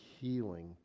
healing